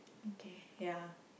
okay ya